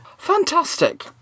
Fantastic